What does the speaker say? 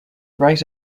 right